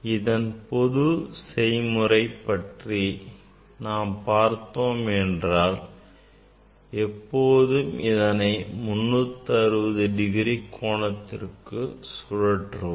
இதன் பொது செய்முறை பற்றி நாம் பார்த்தோமென்றால் எப்பொழுதும் இதனை 360 டிகிரி கோணத்திற்கு சுழற்றுவோம்